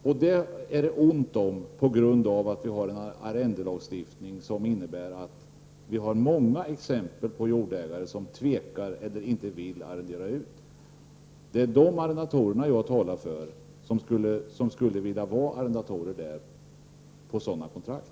Och sådana är det ont om på grund av att vi har en arrendelagstiftning, som leder till att många jordägare tvekar eller inte vill arrendera ut sina gårdar. Det är dessa arrendatorer jag talar för, de som skulle vilja vara arrendatorer på dessa gårdar på sådana kontrakt.